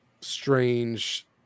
strange